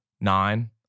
Nine